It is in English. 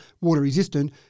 water-resistant